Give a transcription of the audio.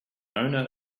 owner